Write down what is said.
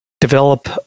develop